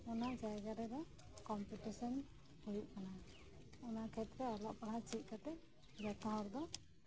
ᱚᱱᱟ ᱡᱟᱭᱜᱟ ᱨᱮᱫᱚ ᱠᱚᱢᱯᱤᱴᱤᱥᱮᱱ ᱦᱩᱭᱩᱜ ᱠᱟᱱᱟ ᱚᱱᱟ ᱠᱷᱟᱹᱛᱤᱨᱛᱮ ᱚᱞᱚᱜ ᱯᱟᱲᱦᱟᱜ ᱪᱮᱫ ᱠᱟᱛᱮᱜ ᱱᱮᱛᱟᱨ ᱫᱚ